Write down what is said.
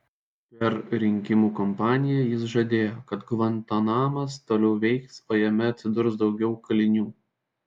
per rinkimų kampaniją jis žadėjo kad gvantanamas toliau veiks o jame atsidurs daugiau kalinių